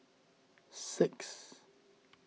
six